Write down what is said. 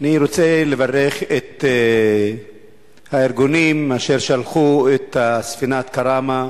אני רוצה לברך את הארגונים אשר שלחו את הספינה "כראמה"